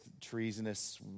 treasonous